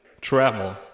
travel